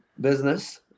business